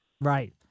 Right